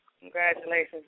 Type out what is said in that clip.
congratulations